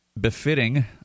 befitting